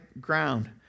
ground